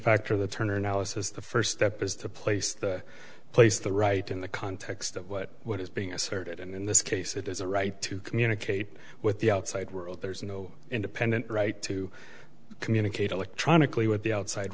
factor the turner analysis the first step is to place the place the right in the context of what what is being asserted in this case it is a right to communicate with the outside world there's no independent right to communicate electronically with the outside